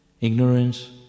Ignorance